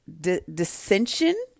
dissension